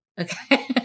Okay